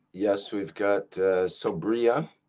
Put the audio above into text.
yes we've got sobria.